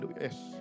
Yes